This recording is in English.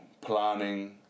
planning